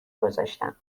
گذاشتم